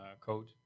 code